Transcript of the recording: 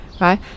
right